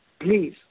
Please